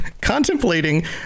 contemplating